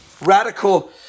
radical